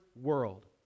world